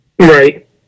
Right